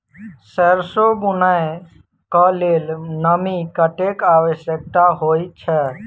सैरसो बुनय कऽ लेल नमी कतेक आवश्यक होइ छै?